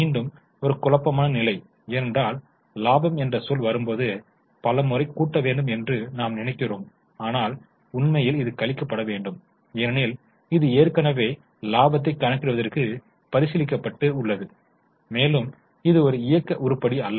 மீண்டும் ஒரு குழப்பமான நிலை ஏனென்றால் லாபம் என்ற சொல் வரும்போது பல முறை கூட்ட வேண்டும் என்று நாம் நினைக்கிறோம் ஆனால் உண்மையில் இது கழிக்கப்பட வேண்டும் ஏனெனில் இது ஏற்கனவே லாபத்தை கணக்கிடுவதற்கு பரிசீலிக்கப்பட்டு உள்ளது மேலும் இது ஒரு இயக்க உருப்படி அல்ல